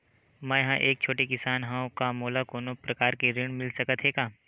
मै ह एक छोटे किसान हंव का मोला कोनो प्रकार के ऋण मिल सकत हे का?